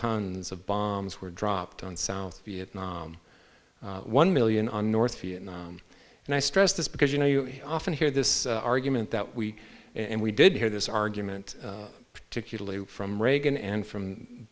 tons of bombs were dropped on south vietnam one million on north vietnam and i stress this because you know you often hear this argument that we and we did hear this argument particularly from reagan and from